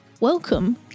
Welcome